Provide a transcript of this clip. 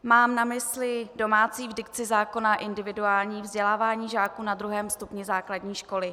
Mám na mysli domácí dikci zákona individuální vzdělávání žáků na druhém stupni základní školy.